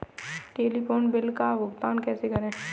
Telephone bill का भुगतान कैसे करें?